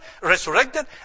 resurrected